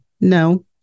no